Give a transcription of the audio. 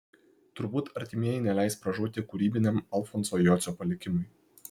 turbūt artimieji neleis pražūti kūrybiniam alfonso jocio palikimui